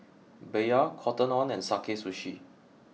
Bia Cotton On and Sakae Sushi